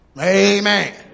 Amen